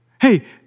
Hey